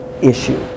issue